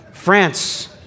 France